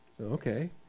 Okay